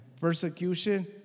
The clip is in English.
Persecution